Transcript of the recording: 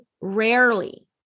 rarely